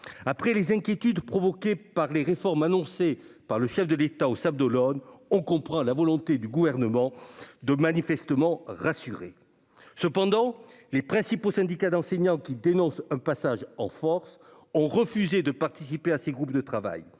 Après les inquiétudes provoquées par les réformes annoncées par le chef de l'État aux Sables-d'Olonne, on comprend que le Gouvernement tâche, manifestement, de rassurer. Toutefois, les principaux syndicats d'enseignants, qui dénoncent un passage en force, ont refusé de participer à ces groupes de travail.